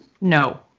No